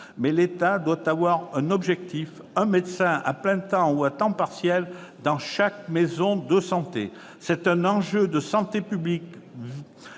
Mais l'État doit avoir un objectif : un médecin à plein-temps ou à temps partiel dans chaque maison de santé. C'est un enjeu de santé publique